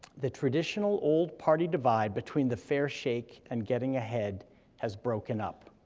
the traditional old party divide between the fair shake and getting ahead has broken up.